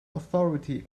authority